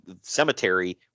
cemetery